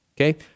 okay